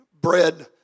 bread